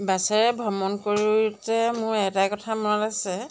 বাছেৰে ভ্ৰমণ কৰোঁতে মোৰ এটা কথা মনত আছে